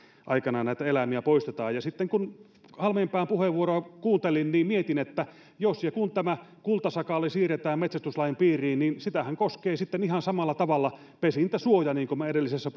näitä eläimiä poistetaan ja kun halmeenpään puheenvuoroa kuuntelin niin mietin että jos ja kun tämä kultasakaali siirretään metsästyslain piiriin niin sitähän koskee sitten ihan samalla tavalla pesintäsuoja niin kuin minä edellisessä